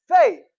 faith